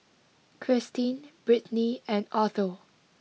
Christeen Brittni and Otho